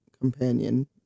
companion